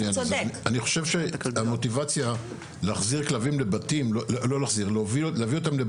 אני חושב שהמוטיבציה להביא אותם לבתים בסוף